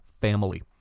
family